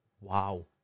wow